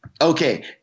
Okay